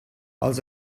els